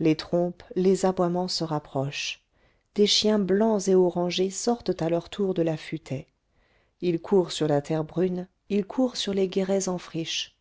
les trompes les aboiements se rapprochent des chiens blancs et orangés sortent à leur tour de la futaie ils courent sur la terre brune ils courent sur les guérets en friche